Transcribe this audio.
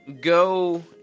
go